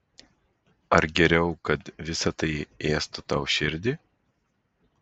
ar geriau kad visa tai ėstų tau širdį